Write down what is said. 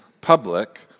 public